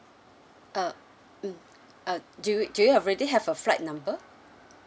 uh mm uh do do you already have a flight number